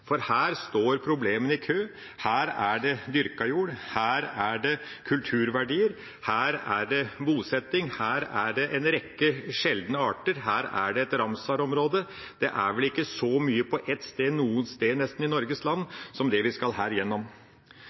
For her står problemene i kø: Her er det dyrket jord, her er det kulturverdier, her er det bosetting, her er det en rekke sjeldne arter, og her er det et Ramsar-område. Det er vel ikke noe sted i Norges land så mye som det vi her skal gjennom.